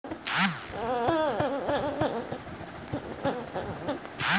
crowdfunding सामाजिक अंशदान के लेखा मानल जाला